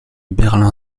berlin